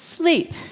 Sleep